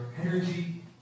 energy